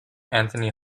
anthony